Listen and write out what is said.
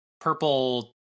purple